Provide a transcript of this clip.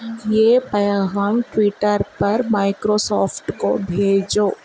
یہ پیغام ٹویٹر پر مائیکرو سافٹ کو بھیجو